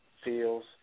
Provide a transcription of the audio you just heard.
feels